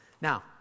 Now